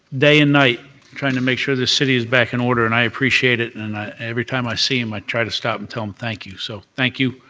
day and night trying to make sure the city is back in order, and i appreciate it, and and every time i see them, i try to stop and tell them thank you, so thank you.